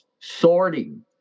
Sorting